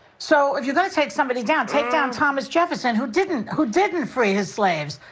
so, if you're gonna take somebody down, take down thomas jefferson, who didn't who didn't free his slaves,